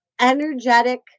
energetic